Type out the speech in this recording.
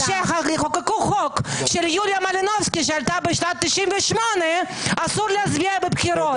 או יחוקקו חוק שיוליה מלינובסקי שעלתה בשנת 98' אסור לה להצביע בבחירות.